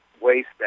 waste